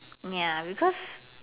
ya because